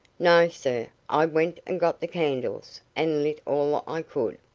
no, sir. i went and got the candles, and lit all i could.